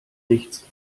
nichts